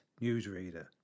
newsreader